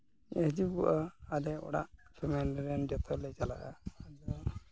ᱦᱤᱡᱩᱜᱚᱜᱼᱟ ᱟᱞᱮ ᱚᱲᱟᱜ ᱯᱷᱮᱢᱤᱞᱤ ᱨᱮᱱ ᱡᱚᱛᱚ ᱞᱮ ᱪᱟᱞᱟᱜᱼᱟ ᱛᱚ